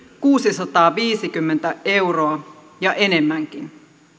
kuusisataaviisikymmentä euroa ja enemmänkin